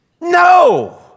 No